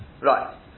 Right